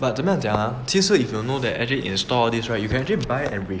ah but 怎么样讲 ah 其实 if you know that in store all this right you can actually buy and